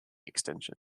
extension